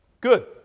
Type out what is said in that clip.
Good